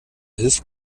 hilfe